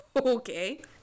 Okay